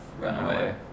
Runaway